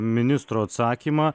ministro atsakymą